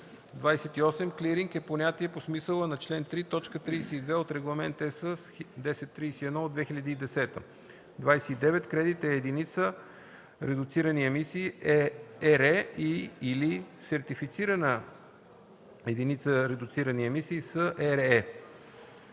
28. „Клиринг” е понятие по смисъла на член 3, т. 32 от Регламент (ЕС) № 1031/2010. 29. „Кредит” е единица редуцирани емисии (ЕРЕ) и/или сертифицирана единица редуцирани емисии (СЕРЕ).